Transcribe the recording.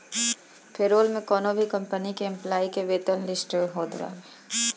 payroll में कवनो भी कंपनी के एम्प्लाई के वेतन लिस्ट होत बावे